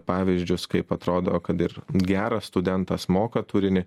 pavyzdžius kaip atrodo kad ir geras studentas moka turinį